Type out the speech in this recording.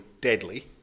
deadly